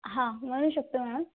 हां म्हणू शकते मॅडम